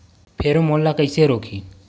Pheromone ला कइसे रोकही?